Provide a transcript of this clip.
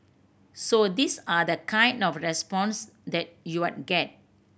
so these are the kind of response that you are get